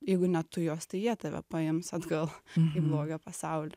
jeigu ne tu juos tai jie tave paims atgal į blogio pasaulį